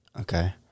Okay